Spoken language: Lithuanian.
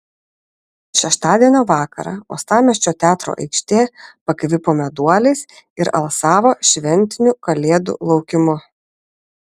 šeštadienio vakarą uostamiesčio teatro aikštė pakvipo meduoliais ir alsavo šventiniu kalėdų laukimu